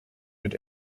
mit